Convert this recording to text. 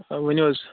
آ ؤنِو حظ